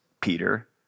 Peter